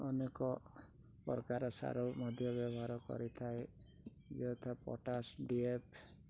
ଅନେକ ପ୍ରକାର ସାର ମଧ୍ୟ ବ୍ୟବହାର କରିଥାଏ ଯଥା ପଟାସ୍ ଡି ଏଫ୍